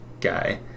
guy